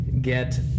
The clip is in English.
get